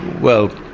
well,